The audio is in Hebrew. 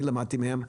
אני למדתי ממנה.